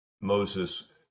Moses